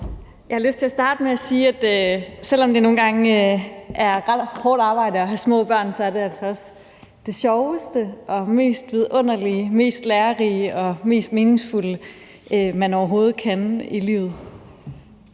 Jeg har lyst til at starte med at sige, at selv om det nogle gange er ret hårdt arbejde at have små børn, er det altså også det sjoveste og mest vidunderlige, mest lærerige og mest meningsfulde, man overhovedet kan gøre i livet.